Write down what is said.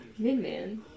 Midman